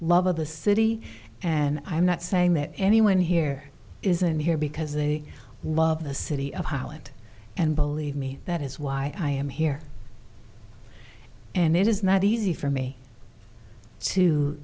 love of the city and i'm not saying that anyone here isn't here because a love the city of holland and believe me that is why i am here and it is not easy for me to